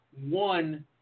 one